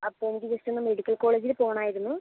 അപ്പോൾ എനിക്ക് ജസ്റ്റ് ഒന്ന് മെഡിക്കൽ കോളേജില് പോകണമായിരുന്നു